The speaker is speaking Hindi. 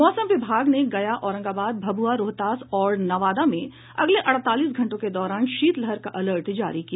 मौसम विभाग ने गया औरंगाबाद भभुआ रोहतास और नवादा में अगले अड़तालीस घंटों के दौरान शीतलहर का अलर्ट जारी किया